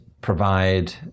provide